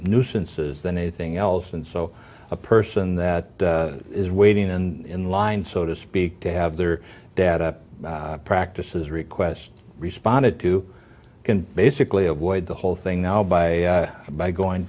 nuisances than anything else and so a person that is waiting in line so to speak to have their data practices request responded to basically avoid the whole thing now by by going